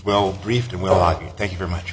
well briefed and well i thank you very much